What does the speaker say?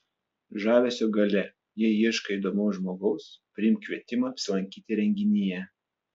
žavesio galia jei ieškai įdomaus žmogaus priimk kvietimą apsilankyti renginyje